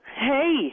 hey